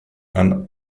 and